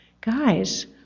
guys